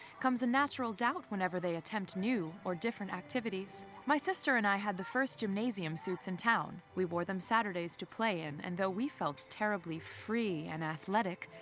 comes a natural doubt whenever they attempt new or different activities. my sister and i had the first gymnasium suits in town. we wore them saturdays to play in, and though we felt terribly free and athletic,